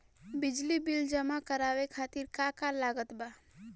बिजली बिल जमा करावे खातिर का का लागत बा?